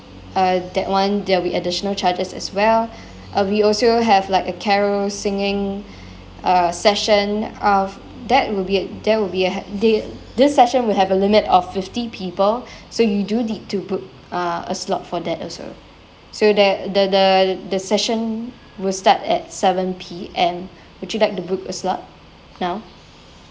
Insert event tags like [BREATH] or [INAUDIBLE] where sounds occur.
uh that one there'll be additional charges as well uh we also have like a carol singing uh session of that will be a there will be a ha~ thi~ this session will have a limit of fifty people [BREATH] so you do need to book uh a slot for that also so that the the the session will start at seven P_M would you like to book a slot now